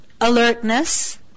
alertness